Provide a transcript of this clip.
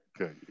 Okay